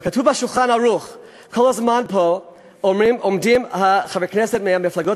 וכתוב ב"שולחן ערוך" כל הזמן פה עומדים חברי כנסת מהמפלגות